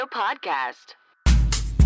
podcast